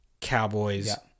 Cowboys